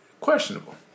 questionable